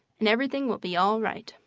and everything will be all right.